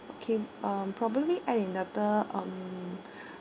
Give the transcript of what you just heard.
okay um probably add another um